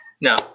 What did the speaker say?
No